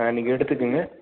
ஆ நீங்கள் எடுத்துக்கோங்க